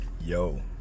yo